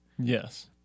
Yes